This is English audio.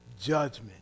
judgment